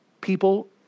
people